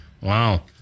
Wow